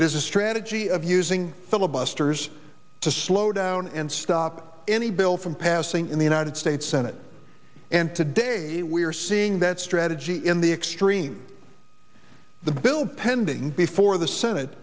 is a strategy of using filibusters to slow down and stop any bill from passing in the united states senate and today we are seeing that strategy in the extreme the bill pending before the senate